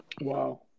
Wow